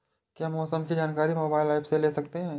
क्या मौसम की जानकारी मोबाइल ऐप से ले सकते हैं?